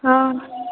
हँ